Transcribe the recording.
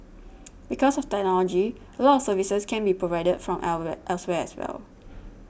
because of technology a lot of services can be provided from elsewhere as well